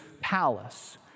palace